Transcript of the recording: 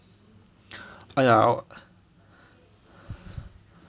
ya